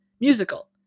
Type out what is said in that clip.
musical